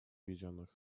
объединенных